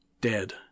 dead